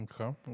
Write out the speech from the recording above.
Okay